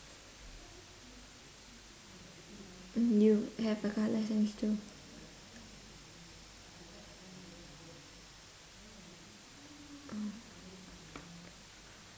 mm you have a car license too